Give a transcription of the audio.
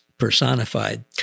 Personified